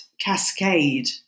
cascade